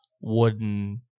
wooden